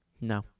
No